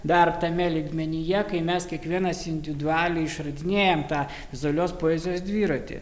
dar tame lygmenyje kai mes kiekvienas individualiai išradinėjam tą vizualios poezijos dviratį